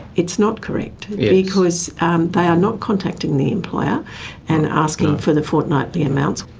it's not correct because they are not contacting the employer and asking for the fortnightly amounts.